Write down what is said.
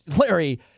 Larry